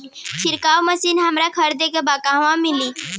छिरकाव मशिन हमरा खरीदे के बा कहवा मिली?